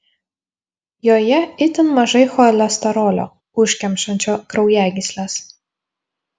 joje itin mažai cholesterolio užkemšančio kraujagysles